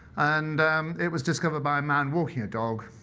and it was discovered by a man walking a dog.